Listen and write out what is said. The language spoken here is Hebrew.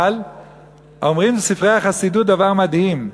אבל אומרים ספרי החסידות דבר מדהים,